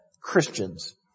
Christians